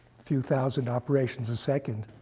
few thousand operations a second.